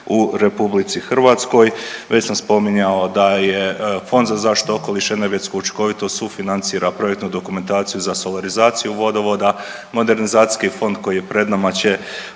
u RH. Već sam spominjao da je Fond za zaštitu okoliša i energetsku učinkovitost sufinancira projektnu dokumentaciju za solarizaciju vodovoda, modernizacijski fond koji je pred nama će